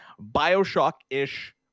Bioshock-ish